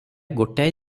ଗୋଟାଏ